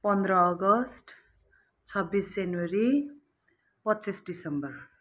पन्ध्र अगस्त छब्बिस जनवरी पच्चिस दिसम्बर